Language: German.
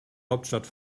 hauptstadt